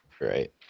Right